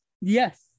yes